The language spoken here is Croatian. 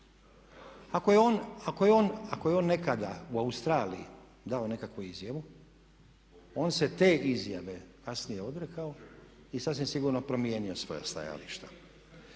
Ako je on nekada u Australiji dao nekakvu izjavu, on se te izjave kasnije odrekao i sasvim sigurno promijenio svoja stajališta.